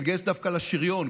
התגייס דווקא לשריון,